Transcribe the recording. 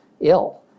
ill